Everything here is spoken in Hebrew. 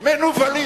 מנוולים.